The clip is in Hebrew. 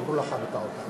אדוני יתחיל לדבר עשר דקות,